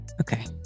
Okay